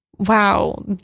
wow